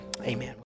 amen